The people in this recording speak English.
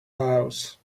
house